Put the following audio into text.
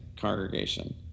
congregation